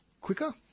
quicker